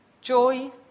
joy